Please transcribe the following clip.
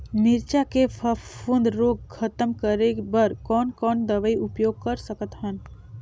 मिरचा के फफूंद रोग खतम करे बर कौन कौन दवई उपयोग कर सकत हन?